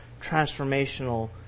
transformational